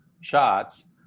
shots